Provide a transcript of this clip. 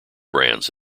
brands